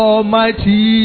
Almighty